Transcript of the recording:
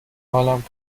حالم